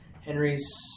Henry's